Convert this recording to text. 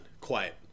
Quiet